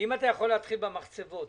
אם תוכל להתחיל במחצבות,